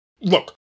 Look